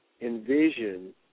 envision